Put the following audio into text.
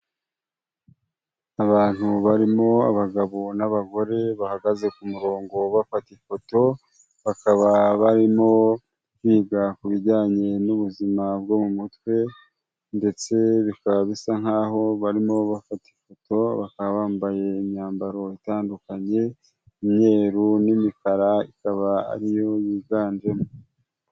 Abantu barimo abagabo n'abagore, bahagaze ku murongo bafata ifoto, bakaba barimo kwiga ku bijyanye n'ubuzima bwo mu mutwe ndetse bikaba bisa nkaho barimo bafata ifoto, bakaba bambaye imyambaro itandukanye, imyeru n'imikara ikaba ariyo yiganjemo.